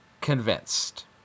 convinced